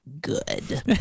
good